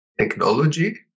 technology